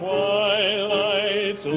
Twilight